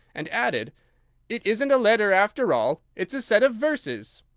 and added it isn't a letter after all it's a set of verses.